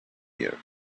here